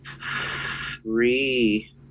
three